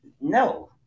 No